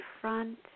front